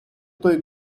той